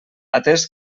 atés